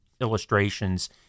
illustrations